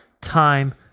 time